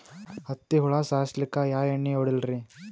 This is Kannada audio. ಹತ್ತಿ ಹುಳ ಸಾಯ್ಸಲ್ಲಿಕ್ಕಿ ಯಾ ಎಣ್ಣಿ ಹೊಡಿಲಿರಿ?